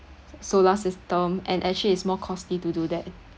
solar system and actually is more costly to do that